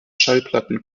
schallplatten